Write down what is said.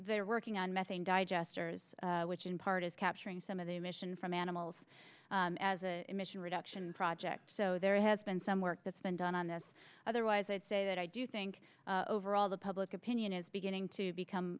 they're working on methane digesters which in part is capturing some of the emission from animals as emission reduction projects so there has been some work that's been done on this otherwise i'd say that i do think overall the public opinion is beginning to become